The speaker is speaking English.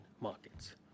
markets